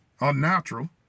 unnatural